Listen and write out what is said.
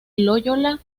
loyola